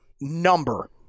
number